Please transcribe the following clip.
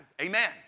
Amen